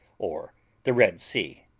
or the red sea,